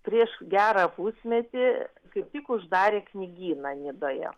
prieš gerą pusmetį kaip tik uždarė knygyną nidoje